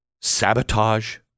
sabotage